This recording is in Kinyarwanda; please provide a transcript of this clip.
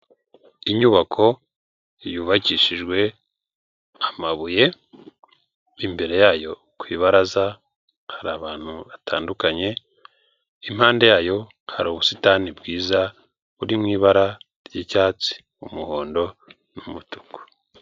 Inyubako yubakishijwe amabuye, imbere yayo ku ibaraza hari abantu batandukanye, impande yayo hari ubusitani bwiza, buri mu ibara ry'icyatsi, umuhondo, umutuku.